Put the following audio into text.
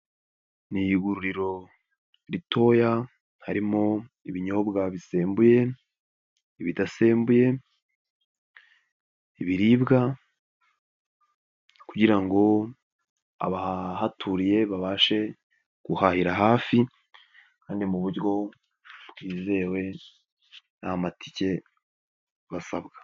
Ni iguriro ritoya, harimo ibinyobwa bisembuye, bidasembuye, ibiribwa, kugira ngo abahaturiye babashe guhahira hafi, kandi mu buryo bwizewe, nta matike basabwa.